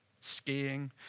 Skiing